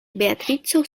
beatrico